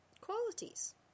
qualities